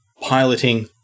piloting